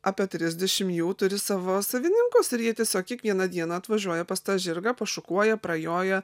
apie trisdešim jau turi savo savininkus ir jie tiesiog kiekvieną dieną atvažiuoja pas tą žirgą pašukuoja prajoja